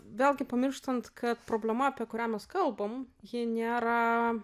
vėlgi pamirštant kad problema apie kurią mes kalbam ji nėra